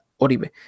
Oribe